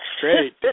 Great